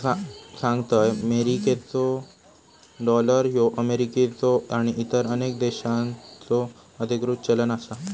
तुका सांगतंय, मेरिकेचो डॉलर ह्यो अमेरिकेचो आणि इतर अनेक देशांचो अधिकृत चलन आसा